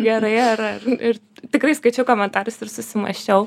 gerai ar ar ir tikrai skaičiau komentarus ir susimąsčiau